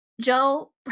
Joe